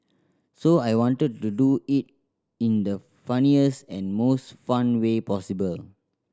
so I wanted to do it in the funniest and most fun way possible